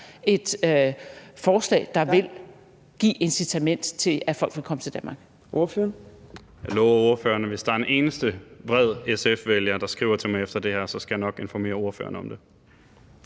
et forslag, der vil give et incitament til, at folk vil komme til Danmark.